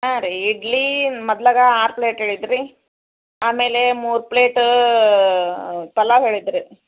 ಹಾಂ ರೀ ಇಡ್ಲಿ ಮೊದ್ಲಗೆ ಆರು ಪ್ಲೇಟ್ ಹೇಳಿದ್ ರೀ ಆಮೇಲೆ ಮೂರು ಪ್ಲೇಟ್ ಪಲಾವ್ ಹೇಳಿದ್ದು ರೀ